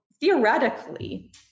theoretically